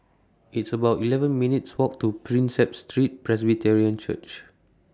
It's about eleven minutes' Walk to Prinsep Street Presbyterian Church